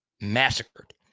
massacred